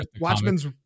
Watchmen's